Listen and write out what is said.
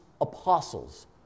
apostles